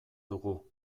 dugu